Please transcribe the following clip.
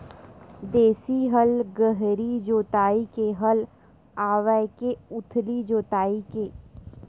देशी हल गहरी जोताई के हल आवे के उथली जोताई के?